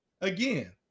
Again